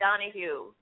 Donahue